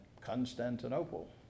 Constantinople